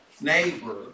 neighbor